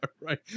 Right